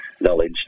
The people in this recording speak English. knowledge